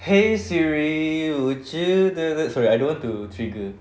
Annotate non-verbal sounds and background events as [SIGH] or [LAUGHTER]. hey SIRI would you [NOISE] sorry I don't want to trigger